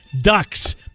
Ducks